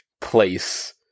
place